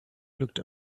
looked